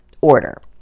order